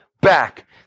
back